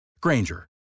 Granger